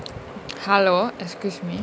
hello excuse me